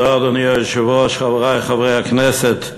אדוני היושב-ראש, תודה, חברי חברי הכנסת,